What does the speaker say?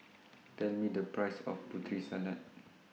Tell Me The Price of Putri Salad